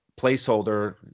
placeholder